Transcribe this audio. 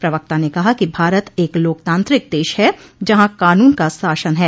प्रवक्ता ने कहा कि भारत एक लोकतांत्रिक देश है जहां कानून का शासन है